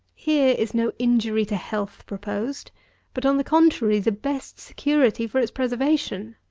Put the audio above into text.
here is no injury to health proposed but, on the contrary, the best security for its preservation.